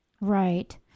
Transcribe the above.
Right